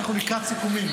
שאנחנו לקראת סיכומים?